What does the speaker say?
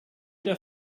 der